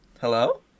Hello